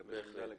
לקבל החלטה לגביהן.